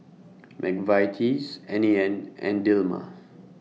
Mcvitie's N A N and Dilmah